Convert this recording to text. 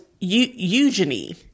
Eugenie